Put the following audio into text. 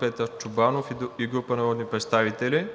Петър Чобанов и група народни представители,